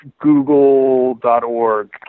Google.org